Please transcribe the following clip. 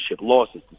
losses